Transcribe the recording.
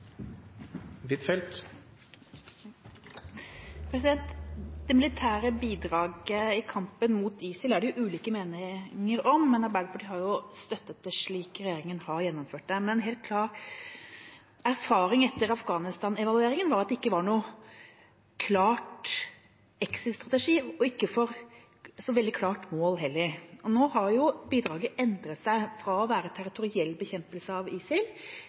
det ulike meninger om, men Arbeiderpartiet har støttet det slik regjeringa har gjennomført det. Men en helt klar erfaring etter Afghanistan-evalueringen var at det ikke var noen klar exit-strategi – og heller ikke et så veldig klart mål. Nå har bidraget endret seg fra å være territoriell bekjempelse av ISIL